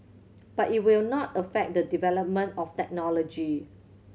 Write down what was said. but it will not affect the development of technology